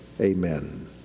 Amen